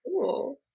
Cool